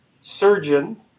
surgeon